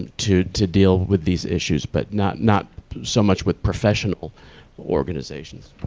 to to deal with these issues but not not so much with professional organizations.